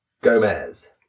Gomez